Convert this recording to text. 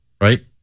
Right